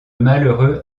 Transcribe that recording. malheureux